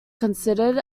considered